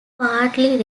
partly